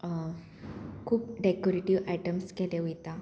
खूब decorative items केले वयता